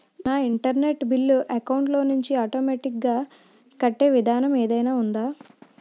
నా internet bill account లోంచి automatic గా కట్టే విధానం ఏదైనా ఉందా?